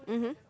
mmhmm